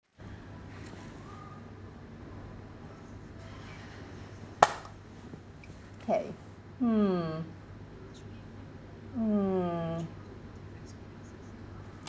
okay mm mm